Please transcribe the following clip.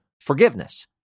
forgiveness